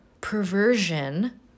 perversion